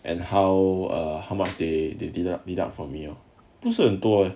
and how err how much they they deduct deduct from your 不是很多